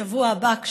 בשבוע הבא,